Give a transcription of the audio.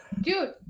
dude